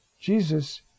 Jesus